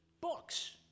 books